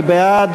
מי בעד?